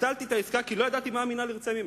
ביטלתי את העסקה כי לא ידעתי מה המינהל ירצה ממני.